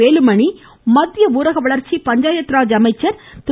வேலுமணி இன்று மத்திய ஊரக வளர்ச்சி பஞ்சாயத்ராஜ் அமைச்சர் திரு